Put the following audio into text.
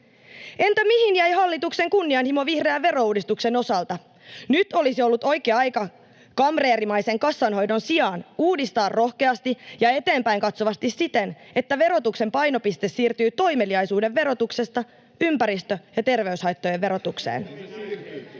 Entä mihin jäi hallituksen kunnianhimo vihreän verouudistuksen osalta? Nyt olisi ollut oikea aika kamreerimaisen kassanhoidon sijaan uudistaa rohkeasti ja eteenpäin katsovasti siten, että verotuksen painopiste siirtyy toimeliaisuuden verotuksesta ympäristö- ja terveyshaittojen verotukseen.